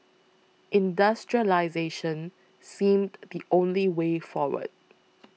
industrialisation seemed the only way forward